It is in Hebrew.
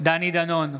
דני דנון,